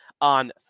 on